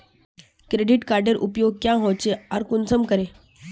Credit कार्डेर उपयोग क्याँ होचे आर कुंसम करे?